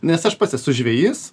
nes aš pats esu žvejys